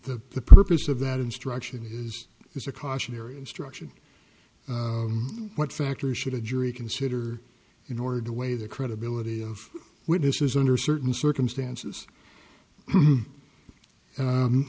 that the purpose of that instruction is it's a cautionary instruction what factors should a jury consider in order to weigh the credibility of witnesses under certain circumstances